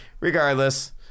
regardless